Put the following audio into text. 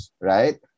right